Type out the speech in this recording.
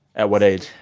at what age?